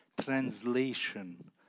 translation